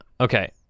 okay